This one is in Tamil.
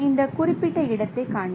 இந்த குறிப்பிட்ட இடத்தைக் காண்க